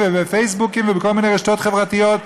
בפייסבוק ובכל מיני רשתות חברתיות?